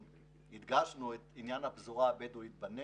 הדגשנו את עניין הפזורה הבדואית בנגב,